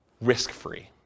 risk-free